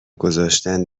گذاشتن